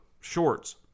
shorts